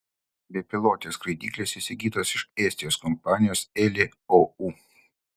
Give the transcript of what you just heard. bepilotės skraidyklės įsigytos iš estijos kompanijos eli ou